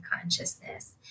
consciousness